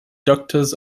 doctors